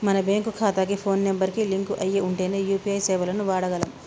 మన బ్యేంకు ఖాతాకి phone number కి లింక్ అయ్యి ఉంటేనే యూ.పీ.ఐ సేవలను వాడగలం